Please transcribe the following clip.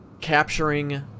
capturing